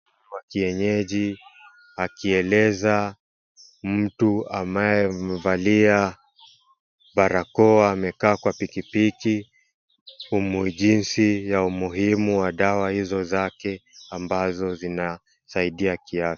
Wakienyeji akieleza mtu ambaye amevalia barakoa amekaa kwa pikipiki jinsi ya umuhimu wa hizo dawa zake ambazo zinasaidia kiafya.